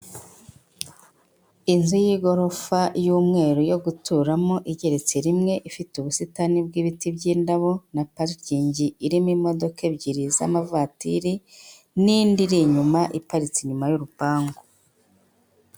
Inzu y'igorofa y'umweru yo guturamo igereretse rimwe ifite ubusitani bw'ibiti by'indabo na parikingi irimo imodoka ebyiri z'amavatiri, n'indi iri inyuma iparitse inyuma y'urupangu.